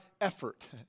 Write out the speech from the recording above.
effort